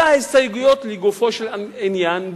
אלא הסתייגויות לגופו של עניין.